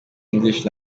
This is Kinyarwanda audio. english